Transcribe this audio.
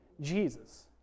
Jesus